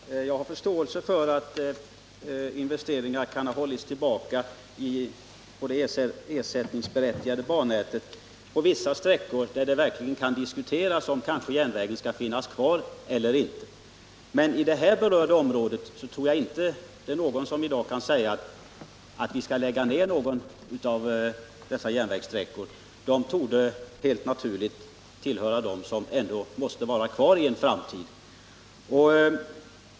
Herr talman! Jag har förståelse för att investeringarna kan ha hållits tillbaka på vissa sträckor av det ersättningsberättigade bannätet, där det verkligen kan diskuteras om järnvägen skall finnas kvar eller inte. Men för det här berörda området tror jag inte det är någon som kan hävda att vi skall lägga ned någon av dess järnvägssträckor. De torde helt naturligt tillhöra dem som ändå måste vara kvar i en framtid.